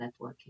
networking